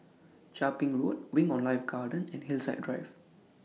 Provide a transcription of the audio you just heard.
Chia Ping Road Wing on Life Garden and Hillside Drive